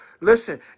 Listen